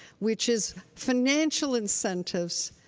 which is financial incentives,